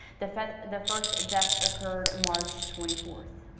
the first the first death occurring march twenty fourth